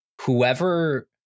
whoever